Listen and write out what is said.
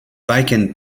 bacon